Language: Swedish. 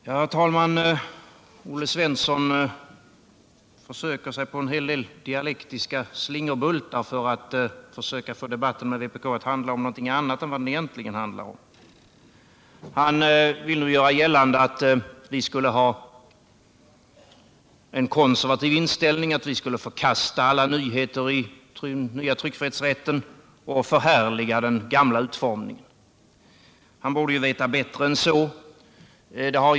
Herr talman! Olle Svensson försökte sig på en hel del dialektiska slingerbultar för att få debatten med vpk att handla om någonting annat än den egentligen handlar om. Han vill nu göra gällande att vi skulle ha en konservativ inställning, att vi skulle förkasta alla nyheter i tryckfrihetsrätten och förhärliga den gamla utformningen. Han borde veta bättre än så.